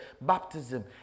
baptism